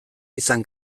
izan